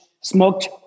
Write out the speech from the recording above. smoked